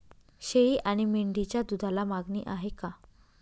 शेळी आणि मेंढीच्या दूधाला मागणी आहे का?